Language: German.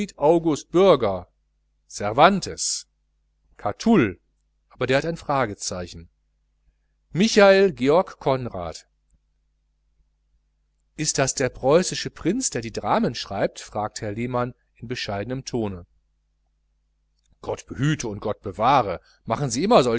august bürger cervantes catull aber der hat ein fragezeichen michael georg conrad ist das der preußische prinz der die dramen schreibt fragte herr lehmann bescheidenen tones gott behüte und gott bewahre machen sie immer